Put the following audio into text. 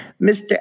Mr